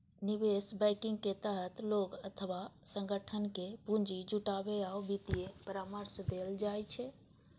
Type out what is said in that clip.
निवेश बैंकिंग के तहत लोग अथवा संगठन कें पूंजी जुटाबै आ वित्तीय परामर्श देल जाइ छै